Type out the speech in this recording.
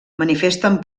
manifesten